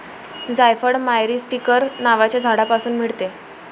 जायफळ मायरीस्टीकर नावाच्या झाडापासून मिळते